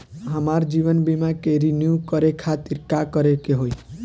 हमार जीवन बीमा के रिन्यू करे खातिर का करे के होई?